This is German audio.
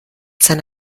seine